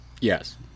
Yes